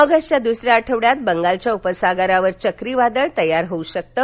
एगस्टच्या द्सऱ्या आठवड्यात बंगालच्या उपसागरावर चक्रीवादळ तयार शकतं